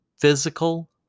physical